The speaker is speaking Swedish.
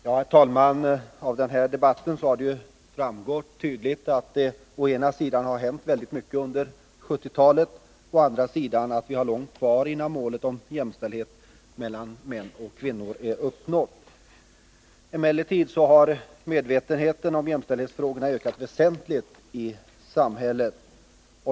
Herr talman! Av den här debatten har det tydligt framgått å ena sidan att det har hänt väldigt mycket under 1970-talet och å andra sidan att vi har långt kvar innan målet om jämställdhet mellan kvinnor och män är uppnått. Emellertid har medvetenheten om jämställdhetsfrågorna ökat väsentligt i samhället.